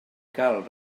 cal